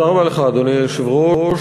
אדוני היושב-ראש,